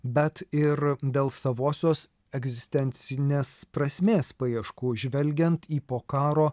bet ir dėl savosios egzistencinės prasmės paieškų žvelgiant į po karo